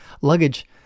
luggage